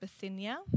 Bithynia